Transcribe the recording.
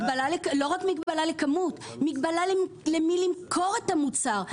לא רק מגבלה לכמות, מגבלה גם למי למכור את המוצר.